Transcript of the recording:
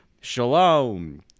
shalom